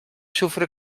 sufre